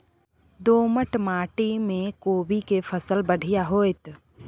दोमट माटी में कोबी के फसल बढ़ीया होतय?